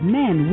men